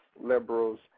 Liberals